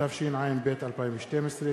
התשע"ב 2012,